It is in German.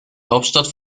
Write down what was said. hauptstadt